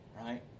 right